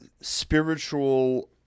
spiritual